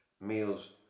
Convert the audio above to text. meals